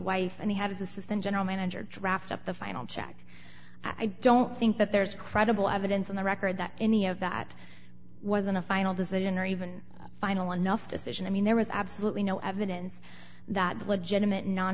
wife and he had his assistant general manager draft up the final check i don't think that there's credible evidence on the record that any of that wasn't a final decision or even final enough decision i mean there was absolutely no evidence that the legitimate non